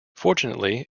fortunately